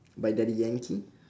by daddy-yankee